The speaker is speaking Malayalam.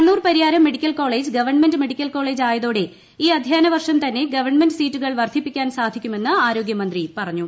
Kannur Pariyaram medical college government medical college ആയതോടെ ഈ അധ്യ യന വർഷം തന്നെ ഗവൺമെന്റ് സീറ്റുകൾ വർധിപ്പിക്കാൻ സാധിക്കു മെന്ന് ആരോഗ്യ മന്ത്രി പറഞ്ഞു